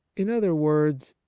in other words,